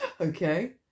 Okay